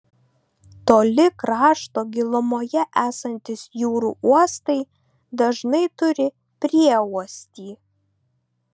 toli krašto gilumoje esantys jūrų uostai dažnai turi prieuostį